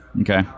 Okay